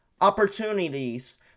opportunities